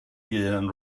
ieuan